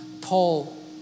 Paul